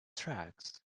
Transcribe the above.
tracks